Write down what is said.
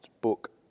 book